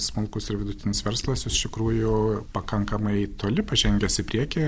smulkus ir vidutinis verslas iš tikrųjų pakankamai toli pažengęs į priekį